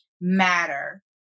matter